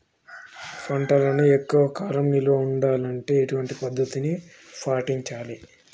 పంటలను ఎక్కువ కాలం నిల్వ ఉండాలంటే ఎటువంటి పద్ధతిని పాటించాలే?